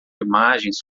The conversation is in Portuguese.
imagens